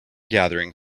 gathering